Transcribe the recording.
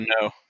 no